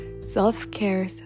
self-care